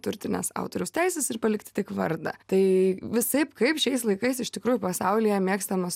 turtines autoriaus teises ir palikti tik vardą tai visaip kaip šiais laikais iš tikrųjų pasaulyje mėgstamas